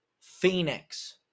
Phoenix